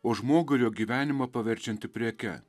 o žmogų ir jo gyvenimą paverčianti preke